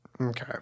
Okay